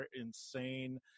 insane